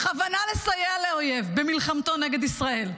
בכוונה לסייע לאויב במלחמתו נגד ישראל,